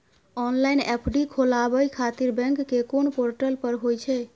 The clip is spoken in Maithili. ऑनलाइन एफ.डी खोलाबय खातिर बैंक के कोन पोर्टल पर होए छै?